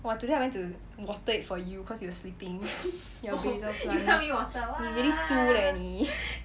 !wah! today I went to water it for you because you are sleeping your basil plant 你 really 猪 leh 你